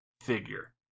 figure